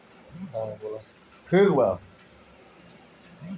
sugar के मरीज लोग के सूजी बहुते फायदा करेला